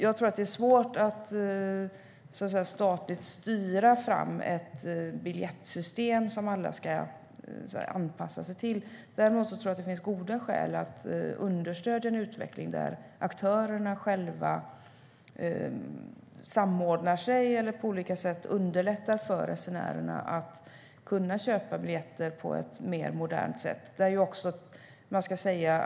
Jag tror att det är svårt att statligt styra fram ett biljettsystem som alla ska anpassa sig till. Däremot tror jag att det finns goda skäl att understödja en utveckling där aktörerna själva samordnar sig eller på olika sätt underlättar för resenärerna att köpa biljetter på ett mer modernt sätt.